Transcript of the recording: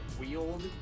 wield